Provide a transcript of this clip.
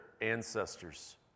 ancestors